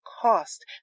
cost